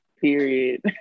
Period